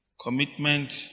Commitment